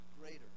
greater